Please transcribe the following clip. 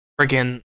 freaking